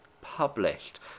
published